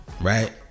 right